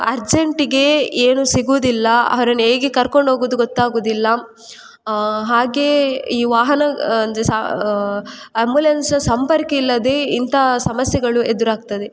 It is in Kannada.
ಅರ್ಜೆಂಟಿಗೆ ಏನೂ ಸಿಗೋದಿಲ್ಲ ಅವ್ರನ್ನು ಹೇಗೆ ಕರ್ಕೊಂಡೋಗೋದು ಗೊತ್ತಾಗೋದಿಲ್ಲ ಹಾಗೇ ಈ ವಾಹನ ಅಂದರೆ ಸಾ ಆಂಬ್ಯುಲೆನ್ಸ್ನ ಸಂಪರ್ಕ ಇಲ್ಲದೆ ಇಂಥ ಸಮಸ್ಯೆಗಳು ಎದುರಾಗ್ತದೆ